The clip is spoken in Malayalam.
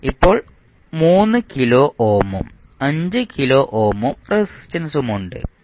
ഇപ്പോൾ 3 കിലോ ഓമും 5 കിലോ ഓം റെസിസ്റ്റൻസ്മുണ്ട്